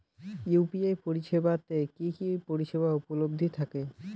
UPI পরিষেবা তে কি কি পরিষেবা উপলব্ধি থাকে?